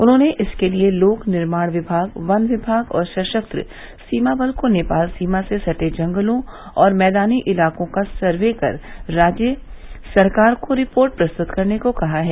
उन्होंने इसके लिए लोक निर्माण विभाग वन विभाग और सशस्त्र सीमा बल को नेपाल सीमा से सटे जंगलों और मैदानी इलाकों का सर्वे कर राज्य सरकार को रिपोर्ट प्रस्तुत करने को कहा है